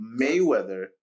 Mayweather